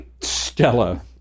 Stella